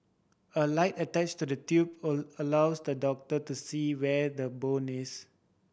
a light attached to the tube a allows the doctor to see where the bone is